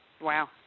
Wow